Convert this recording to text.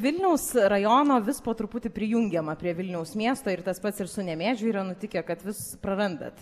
vilniaus rajono vis po truputį prijungiama prie vilniaus miesto ir tas pats ir su nemėžiu yra nutikę kad vis prarandat